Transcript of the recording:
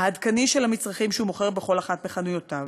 העדכני של המצרכים שהוא מוכר בכל אחת מחנויותיו,